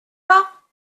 pas